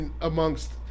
amongst